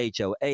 HOA